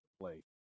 play